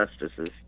justices